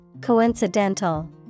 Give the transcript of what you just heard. Coincidental